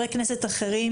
את מקומך.